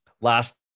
Last